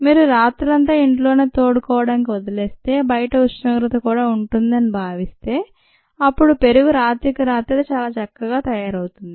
మీరు రాత్రంతా ఇంట్లోనే తోడుకోవడానికి వదిలేస్తే బయట ఉష్ణోగ్రత కూడా ఉంటుందని భావిస్తే అప్పుడు పెరుగు రాత్రికి రాత్రే చాలా చక్కగా తయారవుతుంది